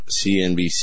CNBC